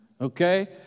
okay